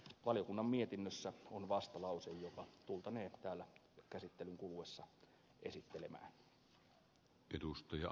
valiokunnan mietinnössä on vastalause joka tultaneen täällä käsittelyn kuluessa esittelemään